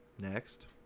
Next